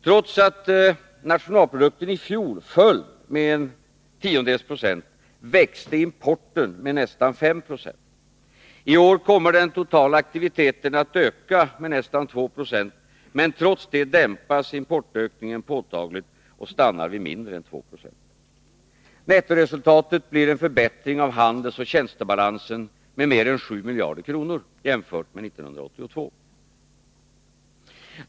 Trots att bruttonationalprodukten fjol föll med en tiondels procent växte importen med nästan 5 90. I år kommer den totala aktiviteten i ekonomin att öka med nästan 2 Jo, men trots detta dämpas importökningen påtagligt och stannar vid mindre än 2 96. Nettoresultatet blir en förbättring av handelsoch tjänstebalansen med mer än 7 miljarder kronor jämfört med 1982.